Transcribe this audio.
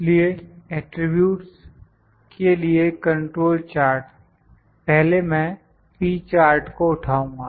इसलिए एटरीब्यूट्स के लिए कंट्रोल चार्ट पहले मैं P चार्ट को उठाऊंगा